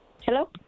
Hello